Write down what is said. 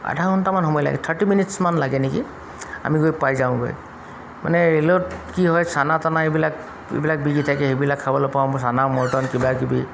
আধা ঘণ্টামান সময় লাগে থাৰ্টি মিনিটছমান লাগে নেকি আমি গৈ পাই যাওঁগৈ মানে ৰে'লেত কি হয় চানা টানা এইবিলাক এইবিলাক বিকি থাকে সেইবিলাক খাবলৈ পাওঁ চানা মৰ্টন কিবা কিবি